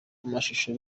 amashusho